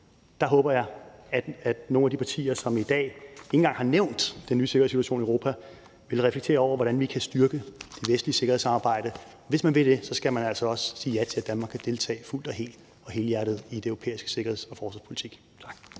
håber jeg, at nogle af de partier, som i dag ikke engang har nævnt den nye sikkerhedssituation i Europa, vil reflektere over, hvordan vi kan styrke det vestlige sikkerhedssamarbejde. Hvis man vil det, skal man altså også sige ja til, at Danmark kan deltage fuldt og helt og helhjertet i den europæiske sikkerheds- og forsvarspolitik. Tak.